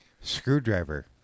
Screwdriver